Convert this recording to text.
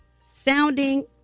sounding